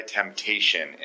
temptation